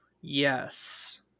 yes